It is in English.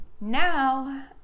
Now